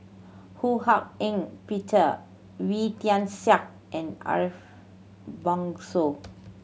Ho Hak Ean Peter Wee Tian Siak and Ariff Bongso